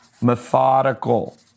methodical